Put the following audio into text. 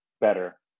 better